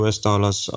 US-dollars